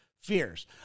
fears